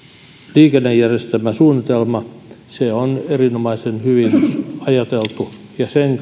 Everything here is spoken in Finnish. liikennejärjestelmäsuunnitelma on erinomaisen hyvin ajateltu ja sen